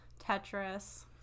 Tetris